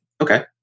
okay